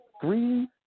three